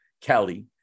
Kelly